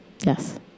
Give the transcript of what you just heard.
Yes